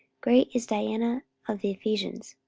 great is diana of the ephesians.